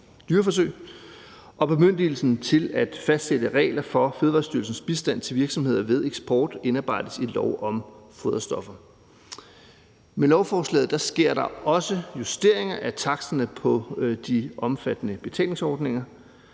dyreforsøg. Og bemyndigelsen til at fastsætte regler for Fødevarestyrelsens bistand til virksomhederne ved eksport indarbejdes i lov om foderstoffer. Med lovforslaget sker der også justeringer af taksterne på de omfattende betalingsordninger.